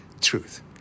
truth